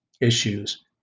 issues